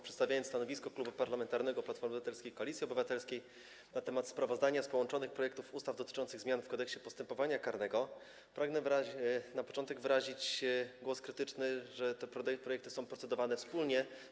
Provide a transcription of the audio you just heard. Przedstawiając stanowisko Klubu Parlamentarnego Platforma Obywatelska - Koalicja Obywatelska na temat sprawozdania o połączonych projektach ustawy dotyczących zmian w Kodeksie postępowania karnego, pragnę na początek przekazać głos krytyczny, że te projekty są procedowane wspólnie.